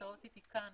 ונמצאות אתי בחדר